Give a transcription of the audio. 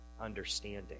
understanding